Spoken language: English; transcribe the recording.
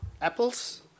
apples